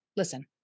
Listen